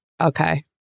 okay